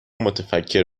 متفکر